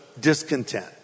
discontent